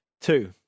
Two